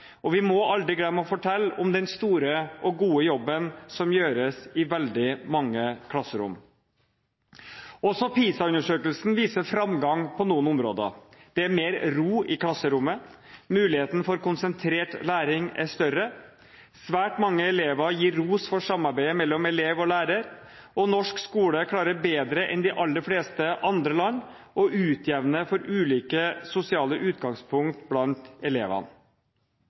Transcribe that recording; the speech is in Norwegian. hovedjobben. Vi må aldri glemme å fortelle om den store og gode jobben som gjøres i veldig mange klasserom. Også PISA-undersøkelsen viser framgang på noen områder. Det er mer ro i klasserommet, muligheten for konsentrert læring er større, svært mange elever gir ros for samarbeidet mellom elev og lærer, og norsk skole klarer bedre enn skolen i de aller fleste andre land å utjevne for ulike sosiale utgangspunkt blant elevene.